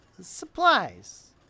Supplies